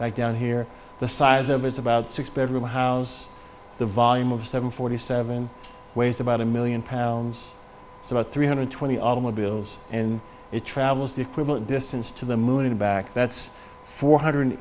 back down here the size of it's about six bedroom house the volume of seven forty seven weighs about a million pounds about three hundred twenty automobiles and it travels the equivalent distance to the moon and back that's four hundred